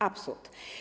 Absurd.